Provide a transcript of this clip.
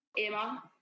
emma